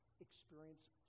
experience